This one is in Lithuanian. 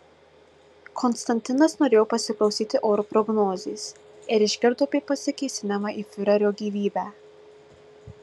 konstantinas norėjo pasiklausyti oro prognozės ir išgirdo apie pasikėsinimą į fiurerio gyvybę